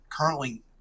Currently